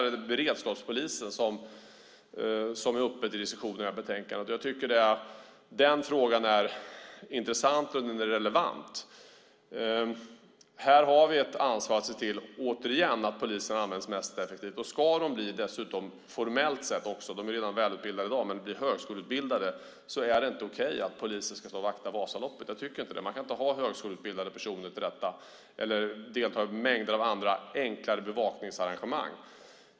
Också beredskapspolisen är uppe till diskussion i betänkandet. Jag tycker att den frågan är intressant och relevant. Här har vi ett ansvar att återigen se till att polisen används på det mest effektiva sättet. Poliserna är välutbildade redan i dag, men om de dessutom formellt sett ska bli högskoleutbildade är det inte okej att de står och vaktar Vasaloppet. Jag tycker inte det. Man kan inte ha högskoleutbildade personer till detta. De ska inte heller delta i mängder av andra enklare bevakningsarrangemang.